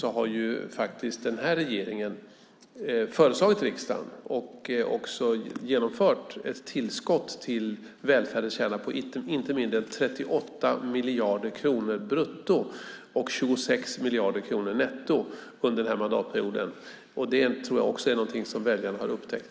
Den här regeringen har faktiskt kommit med förslag till riksdagen, och också genomfört det, om ett tillskott till välfärdens kärna på inte mindre än 38 miljarder kronor brutto och 26 miljarder kronor netto, under den här mandatperioden. Det tror jag också är någonting som väljarna har upptäckt.